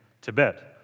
Tibet